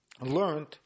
learned